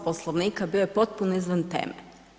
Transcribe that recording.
Poslovnika, bio je potpuno izvan teme.